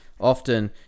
often